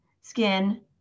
skin